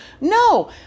No